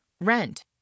rent